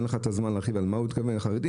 אין לך את הזמן להרחיב על מה הוא התכוון על חרדים.